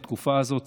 בתקופה הזאת,